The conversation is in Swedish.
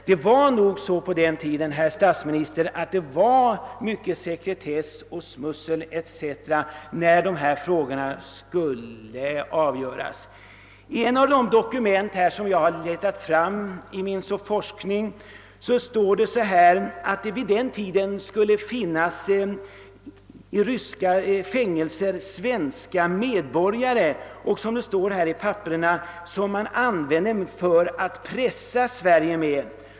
Det var nog så på den tiden, herr statsminister, att det var mycket sekretess och smussel när dessa frågor skulle avgöras. I ett av de dokument som jag har letat fram står det att det vid den tiden i ryska fängelser skulle finnas svenska medborgare vilka man — som det står i papperen — använde för att pressa Sverige med.